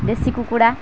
ଦେଶୀ କୁକୁଡ଼ା